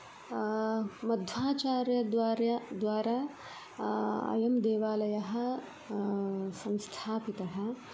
मध्वाचार्यद्वार्या द्वारा अयं देवालयः संस्थापितः